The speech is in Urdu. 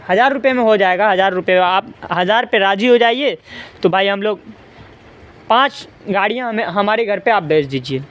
ہزار روپئے میں ہو جائے گا ہزار روپئے آپ ہزار پہ راضی ہو جائیے تو بھائی ہم لوگ پانچ گاڑیاں ہمیں ہمارے گھر پہ آپ بھیج دیجیے